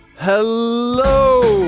hello.